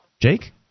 jake